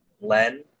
Len